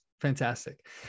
Fantastic